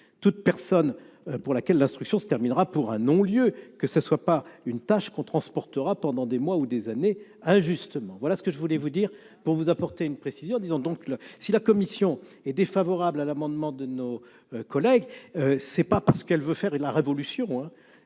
toute personne pour laquelle l'instruction se terminera pour un non-lieu, que ce ne soit pas une tâche qu'on transportera pendant des mois ou des années injustement, voilà ce que je voulais vous dire pour vous apporter une précision, disons donc le si la commission est défavorable à l'amendement de nos collègues, c'est pas parce qu'elle veut faire et la révolution,